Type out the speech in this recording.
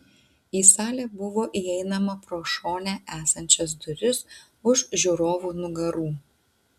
į salę buvo įeinama pro šone esančias duris už žiūrovų nugarų